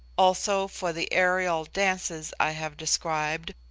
also for the aerial dances i have described,